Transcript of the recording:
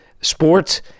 Sports